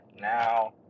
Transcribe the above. now